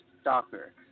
stalker